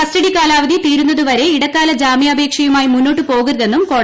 കസ്റ്റ്ഡ്ഡ് കാലാവധി തീരുന്നതുവരെ ഇടക്കാല ജാമ്യാപേക്ഷയുമായി മുന്നോട്ട് പോകരുതെന്നും കോടതി പറഞ്ഞു